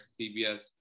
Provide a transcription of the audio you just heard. CBS